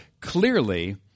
clearly